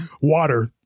Water